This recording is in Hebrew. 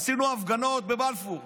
עשינו הפגנות בבלפור.